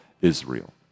Israel